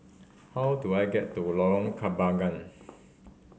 how do I get to Lorong Kabagan